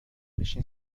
بشین